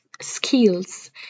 skills